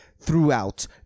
throughout